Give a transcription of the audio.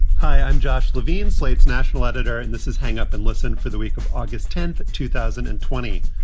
hi, i'm josh levine, slate's national editor, and this is hang up and listen for the week of august tenth, two thousand and twenty.